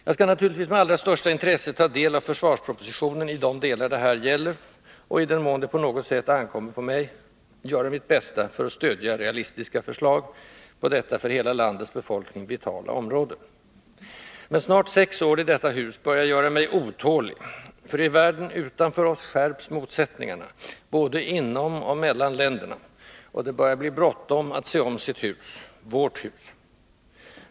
Jag skall naturligtvis med allra största intresse ta del av försvarspropositionen i de delar det här gäller, och — i den mån det på något sätt ankommer på mig — göra mitt bästa för att stödja realistiska förslag på detta för hela landets befolkning vitala område. Men snart sex år i detta hus börjar göra mig otålig, för i världen utanför oss skärps motsättningarna, både inom och mellan länderna, och det börjar bli bråttom att se om sitt hus, vårt hus.